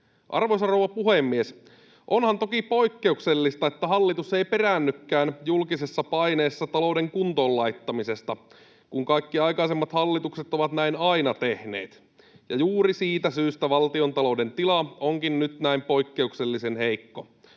Arvoisa rouva puhemies! Onhan toki poikkeuksellista, että hallitus ei peräännykään julkisessa paineessa talouden kuntoon laittamisesta, kun kaikki aikaisemmat hallitukset ovat näin aina tehneet, ja juuri siitä syystä valtiontalouden tila onkin nyt näin poikkeuksellisen heikko.